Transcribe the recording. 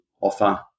offer